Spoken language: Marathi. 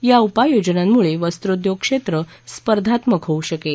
या उपाययोजनांमुळे वस्त्रोद्योग क्षेत्र स्पर्धात्मक होऊ शकेल